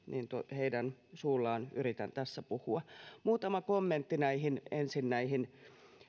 yritän tässä puhua muutama kommentti ensin näihin